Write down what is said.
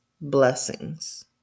blessings